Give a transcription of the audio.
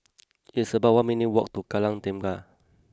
it's about one minutes walk to Kallang Tengah